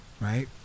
right